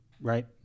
right